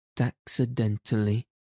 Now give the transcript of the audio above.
accidentally